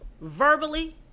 verbally